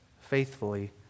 faithfully